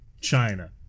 China